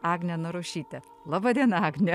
agne narušyte laba diena agne